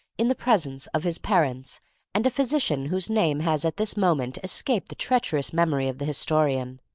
in the presence of his parents and a physician whose name has at this moment escaped the treacherous memory of the historian.